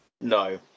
No